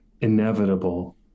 inevitable